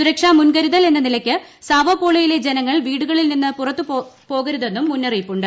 സുരക്ഷാ മുൻകരുതൽ എന്ന നിലയ്ക്ക് സാവോ പോളോയിലെ ജനങ്ങൾ വീടുകളിൽ നിന്ന് പുറത്തിറങ്ങരുതെന്നും മുന്നറിയിപ്പുണ്ട്